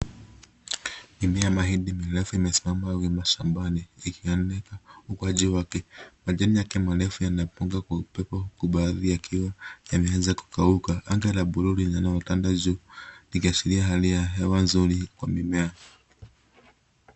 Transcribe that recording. Mimea ya mahindi mirefu imesimama wima shambani, ikionyesha ukuaji wake. Majani yake marefu yanapunga kwa upepo huku baadhi yakiwa yameanza kukauka. Anga la buluu lenye limetanda juu, likiashiria hali ya hewa nzuri kwa mimea.